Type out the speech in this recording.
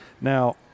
Now